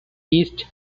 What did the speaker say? east